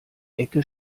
ecke